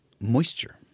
moisture